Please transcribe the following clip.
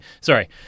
sorry